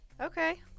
Okay